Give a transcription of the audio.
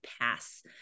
pass